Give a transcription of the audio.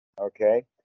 Okay